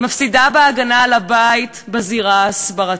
מפסידה בהגנה על הבית בזירה ההסברתית?